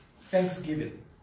Thanksgiving